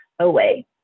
away